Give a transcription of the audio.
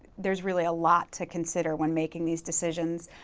there's really a lot to consider when making these decisions.